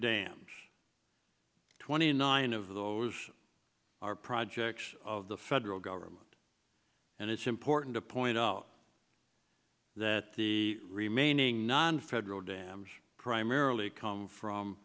damage twenty nine of those are projects of the federal government and it's important to point out that the remaining nonfederal dams primarily come from